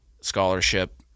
scholarship